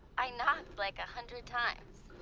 i knocked, like, a hundred times.